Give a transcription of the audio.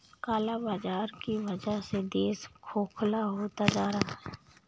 काला बाजार की वजह से देश खोखला होता जा रहा है